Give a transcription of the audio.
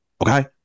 Okay